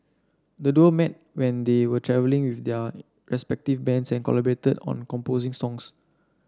the duo met when they were travelling with their respective bands and collaborated on composing songs